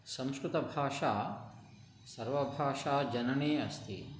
संस्कृतभाषा सर्वभाषाणां जननी अस्ति